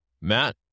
Matt